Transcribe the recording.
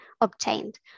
obtained